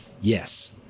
Yes